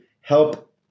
help